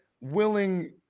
willing